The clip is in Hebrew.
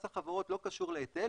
מס החברות לא קשור להיטל,